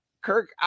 Kirk